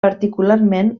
particularment